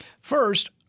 First